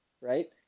Right